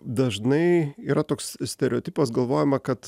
dažnai yra toks stereotipas galvojama kad